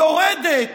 יורדת